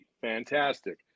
fantastic